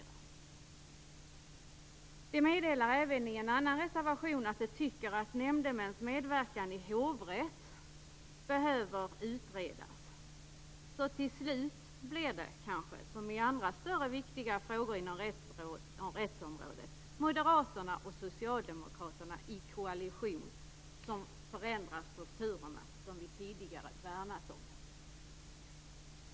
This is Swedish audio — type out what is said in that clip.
Moderaterna säger även i en annan reservation att de anser att nämndemäns medverkan i hovrätten behöver utredas. Till slut blir det kanske som i andra större och viktiga frågor inom rättsområdet att Moderaterna och Socialdemokraterna i koalition förändrar de strukturer som vi tidigare värnat om.